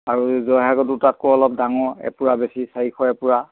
আৰু জয়সাগৰৰটো তাতকৈ অলপ ডাঙৰ এপোৰা বেছি চাৰিশ এপোৰা